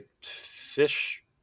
fish